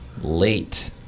Late